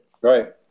Right